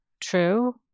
true